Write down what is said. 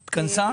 התכנסה?